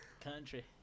Country